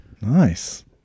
Nice